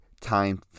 time